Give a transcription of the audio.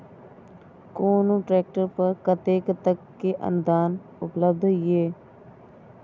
कोनो ट्रैक्टर पर कतेक तक के अनुदान उपलब्ध ये?